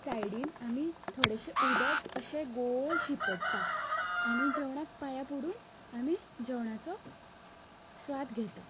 सायडीन आमी थोडशें उदक अशें गोल शिंपडटा आनी जेवणाक पांया पडून आमी जेवणाचो स्वाद घेता